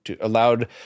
allowed